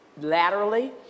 laterally